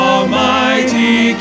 Almighty